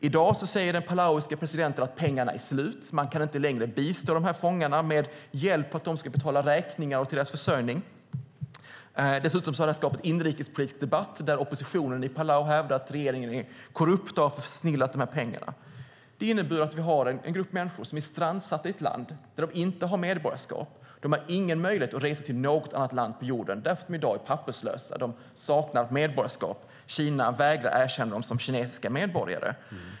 I dag säger den palauiske presidenten att pengarna är slut och att man inte längre kan bistå fångarna med hjälp när de ska betala räkningar eller med deras försörjning. Dessutom har det uppstått en inrikespolitisk debatt där oppositionen i Palau hävdar att regeringen är korrupt och har försnillat pengarna. Det innebär att vi har en grupp människor som är strandsatta i ett land där de inte har medborgarskap. De har inte heller möjlighet att resa till något annat land på jorden eftersom de är papperslösa. De saknar medborgarskap. Kina vägrar att erkänna dem som kinesiska medborgare.